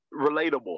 relatable